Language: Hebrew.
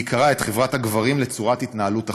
בעיקר את חברת הגברים, לצורת התנהלות אחרת.